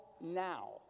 now